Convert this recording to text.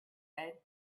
said